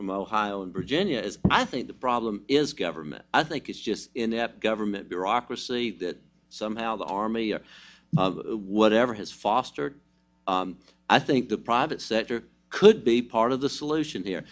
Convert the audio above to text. from ohio and virginia as i think the problem is government i think is just inept government bureaucracy that somehow the army or whatever has fostered i think the private sector could be part of the solution here